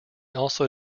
also